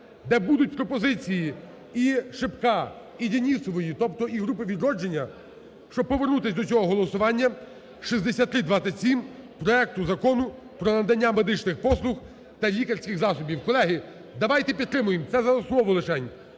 де будуть пропозиції і Шипка, і Денісової, тобто і групи "Відродження", щоб повернутись до цього голосування 6327: проекту Закону про надання медичних послуг та лікарських засобів. Колеги, давайте підтримаємо, це за основу лишень.